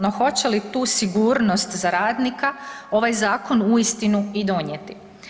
No hoće li tu sigurnost za radnika ovaj zakon uistinu i donijeti?